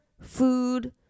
food